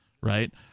right